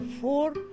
four